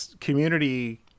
community